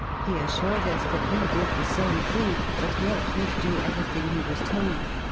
he assured us that he did the same thing, but yet would do everything he was told,